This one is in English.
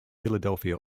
philadelphia